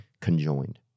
Conjoined